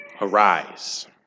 arise